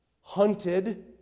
Hunted